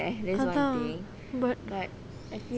அதான்:athan but